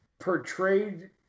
portrayed